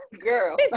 Girl